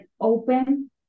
open